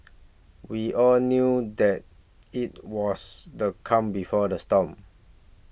we all knew that it was the calm before the storm